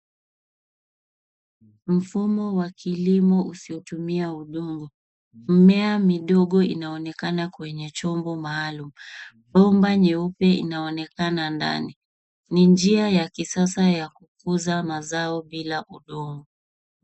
Mfumo wa kilimo usiotumia udongo, mmea midogo inaonekana kwenye chombo maalum. Bomba yeupe inaonekana ndani, ni njia ya kisasa ya kukuza mazao bila udongo.